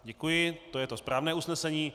Děkuji, to je to správné usnesení.